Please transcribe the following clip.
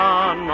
on